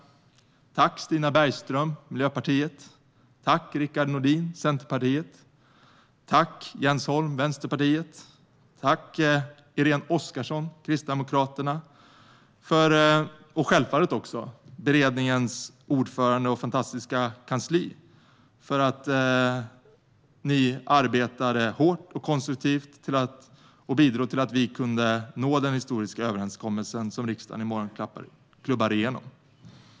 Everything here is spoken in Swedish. Tack, Stina Bergström, Miljöpartiet! Tack, Rickard Nordin, Centerpartiet! Tack, Jens Holm, Vänsterpartiet! Tack, Irene Oskarsson, Kristdemokraterna! Självfallet också tack till beredningens ordförande och fantastiska kansli för att ni arbetade hårt och konstruktivt och bidrog till att vi kunde nå den historiska överenskommelse riksdagen nu klubbar igenom.